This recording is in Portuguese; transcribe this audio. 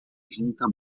junta